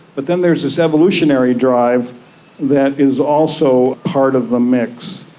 but then there's this evolutionary drive that is also part of the mix.